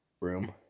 room